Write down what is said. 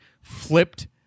flipped